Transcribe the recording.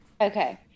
Okay